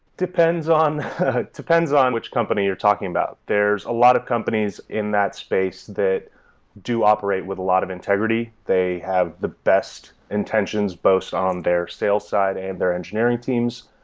depends on depends on which company you're talking about. there're a lot of companies in that space that do operate with a lot of integrity. they have the best intentions both on their sales side and their engineering teams.